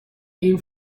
این